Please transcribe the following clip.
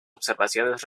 observaciones